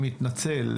ירושלים,